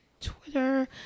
twitter